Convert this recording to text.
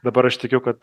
dabar aš tikiu kad